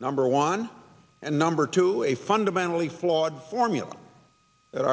number one and number two is a fundamentally flawed formula that